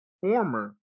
former